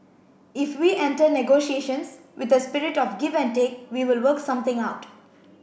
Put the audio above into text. if we enter negotiations with a spirit of give and take we will work something out